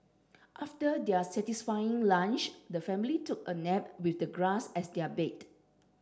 after their satisfying lunch the family took a nap with the grass as their bed